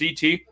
CT